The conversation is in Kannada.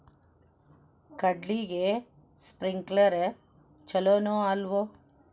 ಕಡ್ಲಿಗೆ ಸ್ಪ್ರಿಂಕ್ಲರ್ ಛಲೋನೋ ಅಲ್ವೋ?